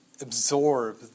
absorb